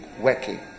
Working